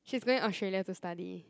she's going Australia to study